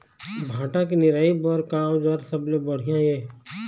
भांटा के निराई बर का औजार सबले बढ़िया ये?